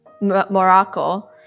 morocco